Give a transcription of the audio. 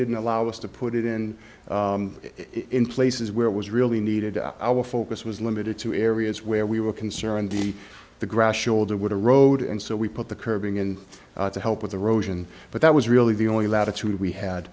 didn't allow us to put it in in places where it was really needed our focus was limited to areas where we were concerned the the grass shoulda woulda road and so we put the curbing in to help with the roshan but that was really the only latitude we had